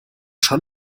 schon